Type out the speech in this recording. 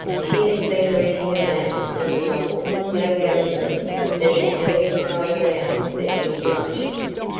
she had been reading aloud from a novel so garrulous that it fairly cried aloud for interruptions.